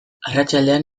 arratsaldean